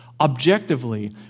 Objectively